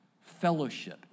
fellowship